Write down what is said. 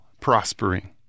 prospering